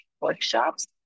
workshops